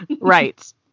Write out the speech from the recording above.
Right